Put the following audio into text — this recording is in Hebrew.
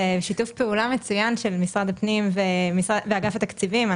זה שיתוף פעולה מצוין של משרד הפנים ואגף התקציבים.